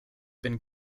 been